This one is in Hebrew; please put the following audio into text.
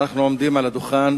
אנחנו עומדים על הדוכן